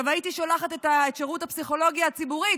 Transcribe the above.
הייתי שולחת את שירות הפסיכולוגיה הציבורית,